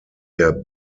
der